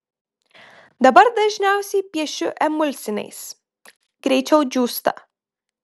dabar dažniausiai piešiu emulsiniais greičiau džiūsta